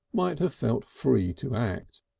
might have felt free to act,